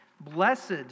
Blessed